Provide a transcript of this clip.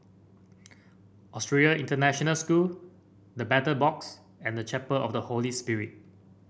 Australian International School The Battle Box and Chapel of the Holy Spirit